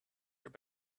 your